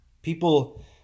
People